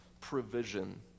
provision